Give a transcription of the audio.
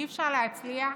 אי-אפשר להצליח